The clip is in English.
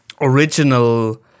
original